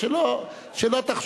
אז שלא תחשוב,